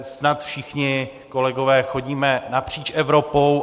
Snad všichni kolegové chodíme napříč Evropou.